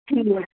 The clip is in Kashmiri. ٹھیٖک